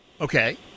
Okay